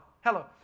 hello